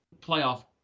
playoff